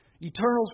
eternal